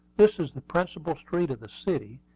this is the principal street of the city,